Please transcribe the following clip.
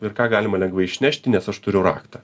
ir ką galima lengvai išnešti nes aš turiu raktą